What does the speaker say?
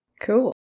cool